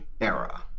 era